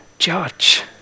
judge